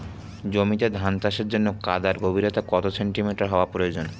জমিতে ধান চাষের জন্য কাদার গভীরতা কত সেন্টিমিটার হওয়া প্রয়োজন?